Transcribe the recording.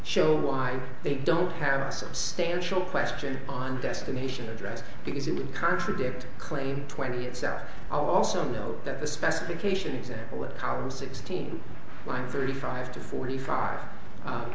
show why they don't have a substantial question on destination address because it would contradict claim twenty itself also that the specification example in our sixteen lines thirty five to forty five